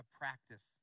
practice